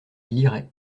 lirait